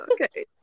okay